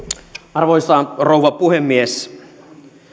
arvoisa rouva puhemies